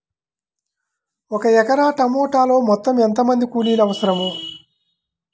ఒక ఎకరా టమాటలో మొత్తం ఎంత మంది కూలీలు అవసరం?